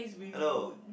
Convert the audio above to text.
hello